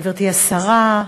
גברתי השרה,